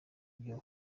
byo